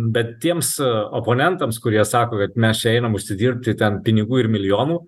bet tiems oponentams kurie sako kad mes čia einam užsidirbti ten pinigų ir milijonų